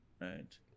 right